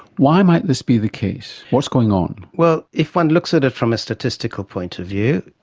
why might this be the case? what's going on? well, if one looks at it from a statistical point of view,